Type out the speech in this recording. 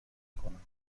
کند